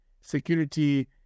security